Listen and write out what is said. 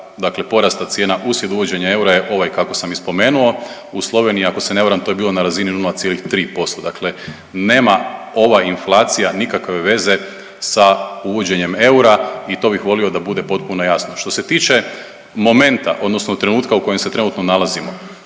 dakle porasta cijena uslijed uvođenja eura je ovaj kako sam i spomenuo. U Sloveniji ako se ne varam to je bilo na razini 0,3%. Dakle, nema ova inflacija nikakve veze sa uvođenjem eura i to bih volio da bude potpuno jasno. Što se tiče momenta, odnosno trenutka u kojem se trenutno nalazimo